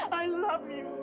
i love you!